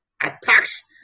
Attacks